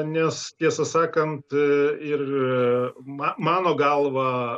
nes tiesą sakant ir ma mano galva